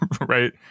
Right